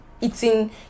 eating